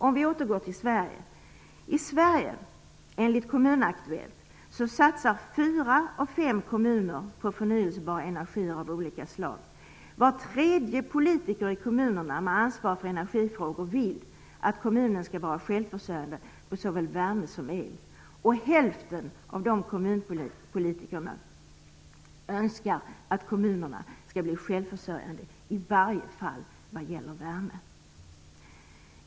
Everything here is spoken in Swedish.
Om vi återgår till Sverige kan vi enligt Kommunaktuellt se att fyra av fem kommuner i Sverige satsar på förnyelsebar energi av olika slag. I kommunerna vill var tredje politiker med ansvar för energifrågor att kommunen skall vara självförsörjande på såväl värme som el. Hälften av de kommunpolitikerna önskar att kommunerna skall bli självförsörjande i varje fall vad gäller värme.